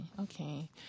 okay